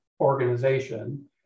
organization